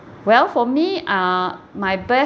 well for me err my best